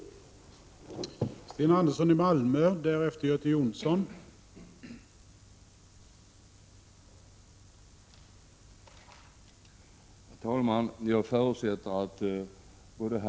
hindra spridning av hindra spridning av aids genom prostituerade